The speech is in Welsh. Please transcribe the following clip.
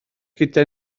gyda